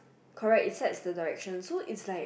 correct it sets the direction so it's like